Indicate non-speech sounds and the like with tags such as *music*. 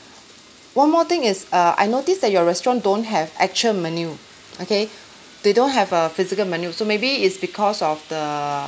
one more thing is err I notice that your restaurant don't have actual menu okay *breath* they don't have a physical menu so maybe it's because of the